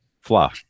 Flaw